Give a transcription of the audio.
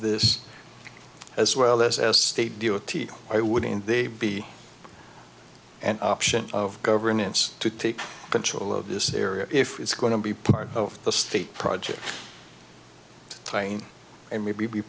this as well as as they deal with teeth i wouldn't they be an option of governance to take control of this area if it's going to be part of the state project plane and maybe be